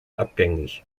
abgängig